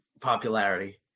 popularity